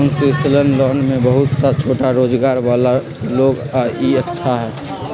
concessional loan में बहुत सा छोटा रोजगार वाला लोग ला ई अच्छा हई